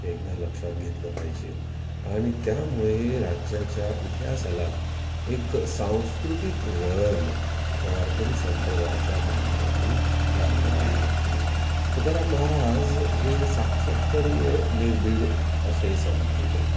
एकदा लक्षात घेतलं पाहिजे आणि त्यामुळे राज्याच्या इतिहासाला एक सांस्कृतिक वळण वारकरी संप्रदायाच्या माध्यमातून लागलेलं आहे तुकाराम महाराज हे साक्षात्कारी व निर्भीड असे संत होते